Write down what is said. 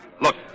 Look